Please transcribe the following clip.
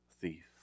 Thief